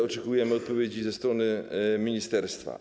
Oczekujemy odpowiedzi ze strony ministerstwa.